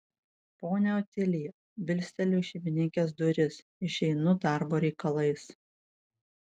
ponia otilija bilsteliu į šeimininkės duris išeinu darbo reikalais